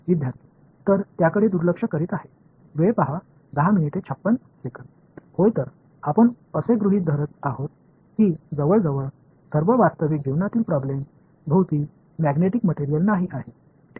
विद्यार्थी तर त्याकडे दुर्लक्ष करीत आहे होय तर आपण असे गृहित धरत आहोत की जवळजवळ सर्व वास्तविक जीवनातील प्रॉब्लेम भोवती मॅग्नेटिक मटेरियल नाही आहे ठीक आहे